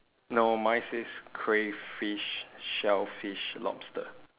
no mine says crayfish shellfish lobster